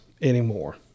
anymore